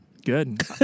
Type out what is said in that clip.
good